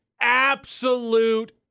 absolute